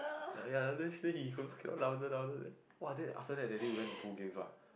ya the next day he goes got louder louder leh !wah! then after that that day we went to pool games what